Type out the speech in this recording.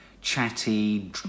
chatty